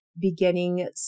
beginning